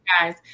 guys